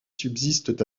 subsistent